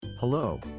Hello